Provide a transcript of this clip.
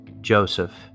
Joseph